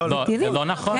לא נכון.